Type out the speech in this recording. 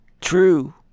True